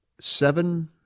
seven